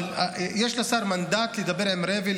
אבל יש לשר מנדט לדבר עם רמ"י,